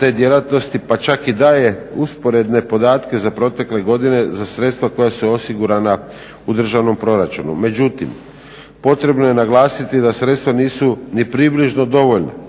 te djelatnosti, pa čak i daje usporedne podatke za protekle godine za sredstva koja su osigurana u državnom proračunu. Međutim, potrebno je naglasiti da sredstva nisu ni približno dovoljna,